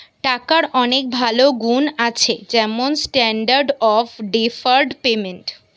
টাকার অনেক ভালো গুন্ আছে যেমন স্ট্যান্ডার্ড অফ ডেফার্ড পেমেন্ট